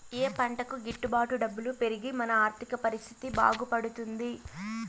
ఏ పంటకు గిట్టు బాటు డబ్బులు పెరిగి మన ఆర్థిక పరిస్థితి బాగుపడుతుంది?